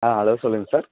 ஆ hello சொல்லுங்கள் sir